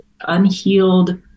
unhealed